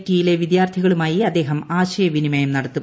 T യിലെ വിദ്യാർത്ഥികളുമായി അദ്ദേഹം ആശയവിനിമയം നടത്തും